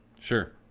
Sure